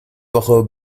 woche